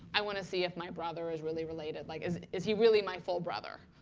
i want to see if my brother is really related. like is is he really my full brother?